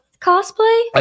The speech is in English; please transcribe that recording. cosplay